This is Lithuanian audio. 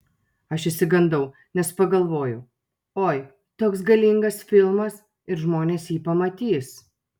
aš išsigandau nes pagalvojau oi toks galingas filmas ir žmonės jį pamatys